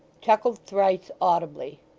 chuckled thrice audibly.